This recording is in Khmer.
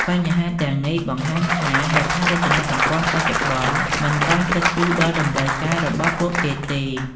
បញ្ហាទាំងនេះ បង្ហាញថាហេដ្ឋារចនាសម្ព័ន្ធបច្ចុប្បន្ន មិនទាន់គិតគូរដល់តម្រូវការរបស់ពួកគេទេ។